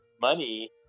money